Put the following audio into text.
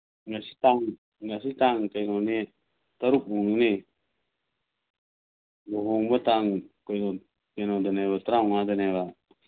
ꯉꯁꯤ ꯇꯥꯡ ꯉꯁꯤ ꯇꯥꯡ ꯀꯩꯅꯣꯅꯦ ꯇꯔꯨꯛ ꯂꯨꯍꯣꯡꯕ ꯇꯥꯡ ꯀꯩꯅꯣ ꯀꯩꯅꯣꯗꯅꯦꯕ ꯇ꯭ꯔꯥꯉꯥꯗꯅꯦꯕ